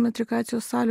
metrikacijos salių